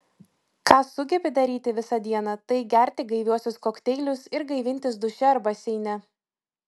ką sugebi daryti visą dieną tai gerti gaiviuosius kokteilius ir gaivintis duše ar baseine